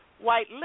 white